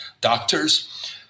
doctors